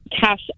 cash